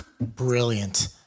Brilliant